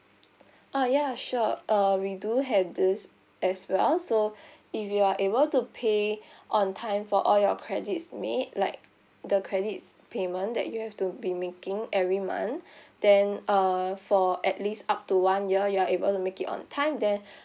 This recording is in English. uh ya sure uh we do have this as well so if you are able to pay on time for all your credits made like the credits payment that you have to be making every month then uh for at least up to one year you are able to make it on time then